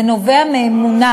זה נובע מאמונה,